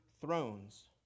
thrones